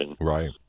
Right